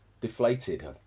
deflated